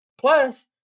plus